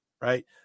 right